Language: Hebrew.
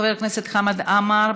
חבר הכנסת חמד עמאר,